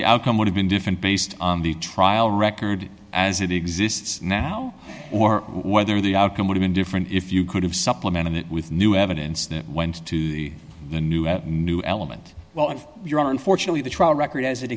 the outcome would have been different based on the trial record as it exists now or whether the outcome would have been different if you could have supplement it with new evidence that went to the new new element well on your own unfortunately the trial record as it